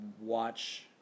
watch